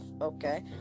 Okay